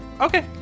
Okay